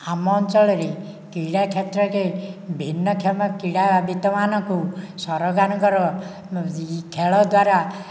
ଆମ ଅଞ୍ଚଳରେ କ୍ରୀଡ଼ା କ୍ଷେତ୍ରରେ ଭିନ୍ନକ୍ଷମ କ୍ରୀଡ଼ାବିତମାନଙ୍କୁ ସରକାରଙ୍କ ଖେଳ ଦ୍ଵାରା